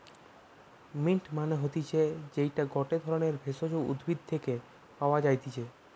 mint মানে হতিছে যেইটা গটে ধরণের ভেষজ উদ্ভিদ থেকে পাওয় যাই্তিছে